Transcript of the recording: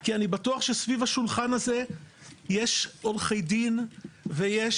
כי אני בטוח שסביב השולחן הזה יש עורכי דין ויש